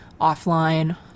offline